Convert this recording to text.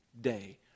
day